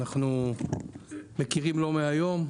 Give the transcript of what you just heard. אנחנו מכירים לא מהיום.